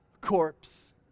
corpse